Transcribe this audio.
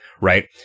right